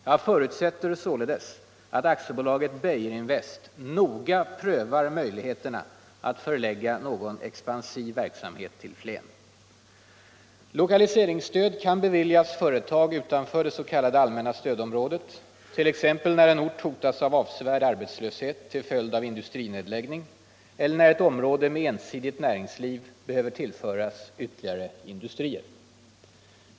Jag förutsätter således att AB Beijerinvest noga prövar möjligheterna alt förlägga någon expansiv verksamhet till Flen. Lokaliseringsstöd kan beviljas företag utanför det s.k. allmänna stödområdet, t.ex. när en ort hotas av avsevärd arbetstöshet till följd av industrinedläggning eller när ett område med ensidigt näringsliv behöver tuillföras ytterligare industrier.